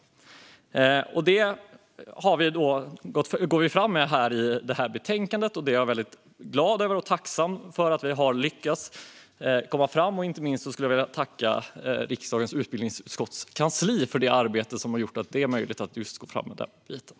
Detta går vi fram med i det här betänkandet, och jag är väldigt glad och tacksam för att vi har lyckats komma fram med detta. Inte minst skulle jag vilja tacka utbildningsutskottets kansli för deras arbete, som har gjort det möjligt att gå fram just med detta.